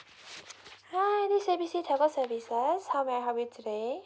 hi this A B C telco services how may I help you today